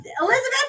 Elizabeth